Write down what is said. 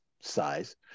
size